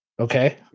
okay